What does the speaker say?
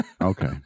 okay